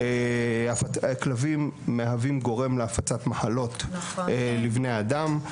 כלבים מהווים גורם להפצת מחלות לבני האדם.